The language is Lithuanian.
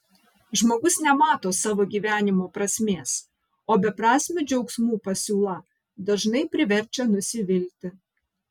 žmogus nemato savo gyvenimo prasmės o beprasmių džiaugsmų pasiūla dažnai priverčia nusivilti